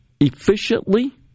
efficiently